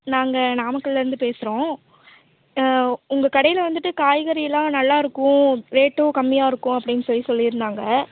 நாங்கள் நாமக்கலிலேருந்து பேசுகிறோம் உங்கள் கடையில் வந்துட்டு காய்கறி எல்லாம் நல்லாயிருக்கும் ரேட்டும் கம்மியாக இருக்கும் அப்படின்னு சொல்லி சொல்லியிருந்தாங்க